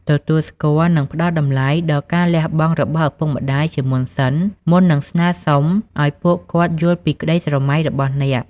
ទទួលស្គាល់ និងផ្តល់តម្លៃដល់ការលះបង់របស់ឪពុកម្តាយជាមុនសិន មុននឹងស្នើសុំឱ្យពួកគាត់យល់ពីក្តីស្រមៃរបស់អ្នក។